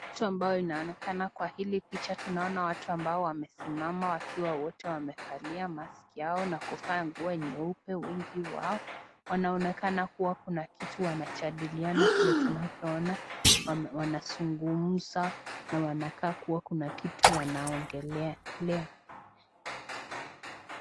Mtu ambaye anaonekana kwa hili picha. Tunaona watu ambao wamesimama wakiwa wote wamevalia mask[ yao na kuvaa nguo nyeupe. Wengi wao wanaonekana kua kuna kitu wanajadiliana vile tunavyoona wanazungumza na wanakaa kama kuna kitu wanaongelea.